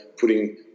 putting